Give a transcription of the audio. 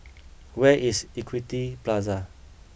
where is Equity Plaza